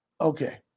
okay